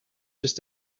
just